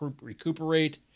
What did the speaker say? recuperate